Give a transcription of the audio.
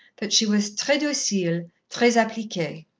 that she was tres docile, tres appliquee.